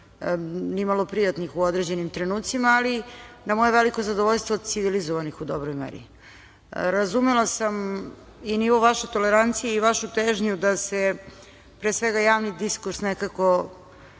nimalo prijatnih u određenim trenucima, ali na moje veliko zadovoljstvo civilizovanih u velikoj meri. Razumela sam i nivo vaše tolerancije i vašu težnju da se pre svega javna diskusija